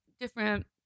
different